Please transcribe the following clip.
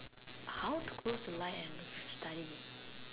how to close the light and study